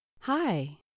Hi